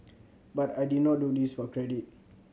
but I did not do this for credit